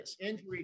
Injury